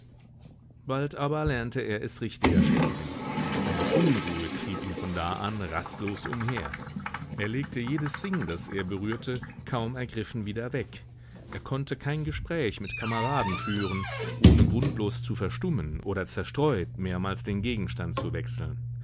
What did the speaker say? bald aber lernte er es richtiger schätzen eine unruhe trieb ihn von da an rastlos umher er legte jedes ding das er berührte kaum ergriffen wieder weg er konnte kein gespräch mit kameraden führen ohne grundlos zu verstummen oder zerstreut mehrmals den gegenstand zu wechseln